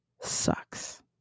sucks